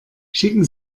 schicken